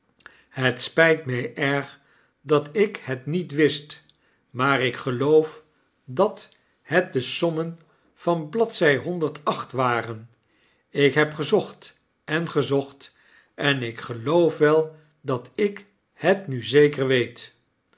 het spyt my erg dat ik het niet wist maar ik geloof dat het de sommen van bladzij honderd acht waren ik heb gezocht en gezocht en ik geloof wel dat ik het nu zeker week